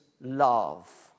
love